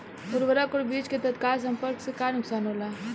उर्वरक और बीज के तत्काल संपर्क से का नुकसान होला?